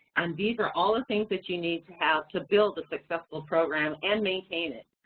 and these are all the things that you need to have to build a successful program and maintain it.